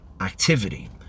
activity